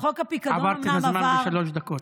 עברת את הזמן בשלוש דקות.